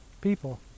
people